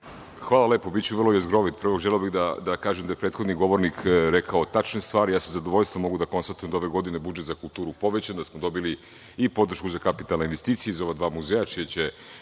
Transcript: Hvala lepo. Biću vrlo jezgrovit. Prvo, želeo bih da kažem da je prethodni govornik rekao tačne stvari. Ja sa zadovoljstvom mogu da konstatujem da je ove godine budžet za kulturu povećan, da smo dobili i podršku za kapitalne investicije i za ova dva muzeja,